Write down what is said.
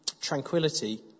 tranquility